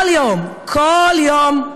כל יום, כל יום,